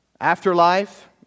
afterlife